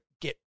get